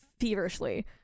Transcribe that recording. feverishly